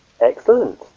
Excellent